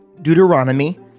Deuteronomy